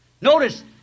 Notice